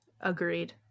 Agreed